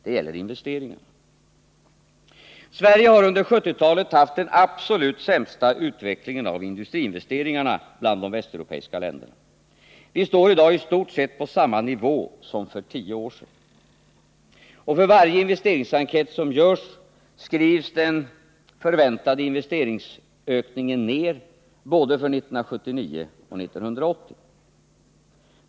Det gäller investeringarna. Sverige har under 1970-talet haft den absolut sämsta utvecklingen av industriinvesteringarna bland de västeuropeiska länderna. Vi står i dag i stort sett på samma nivå som för tio år sedan. För varje investeringsenkät som görs skrivs den förväntade investeringsökningen ner både för 1979 och 1980.